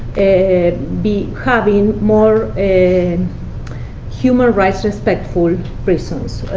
and be having more and human rights respect for persons.